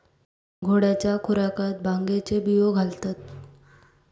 घोड्यांच्या खुराकात भांगेचे बियो घालतत